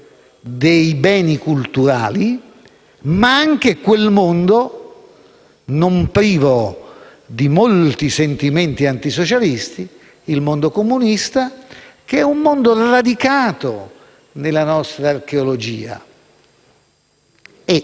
dei beni culturali, ma anche quel mondo non privo di molti sentimenti antisocialisti, il mondo comunista, che è radicato nella nostra archeologia e,